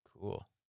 cool